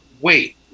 wait